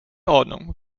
ordnung